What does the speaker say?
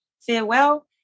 farewell